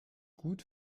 gut